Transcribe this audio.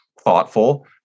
thoughtful